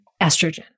estrogen